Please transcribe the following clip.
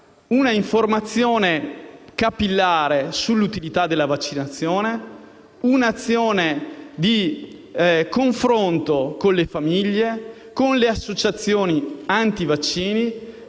un'informazione capillare sull'utilità della vaccinazione e un'azione di confronto con le famiglie e le associazioni antivaccini,